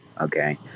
Okay